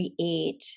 create